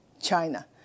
China